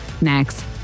next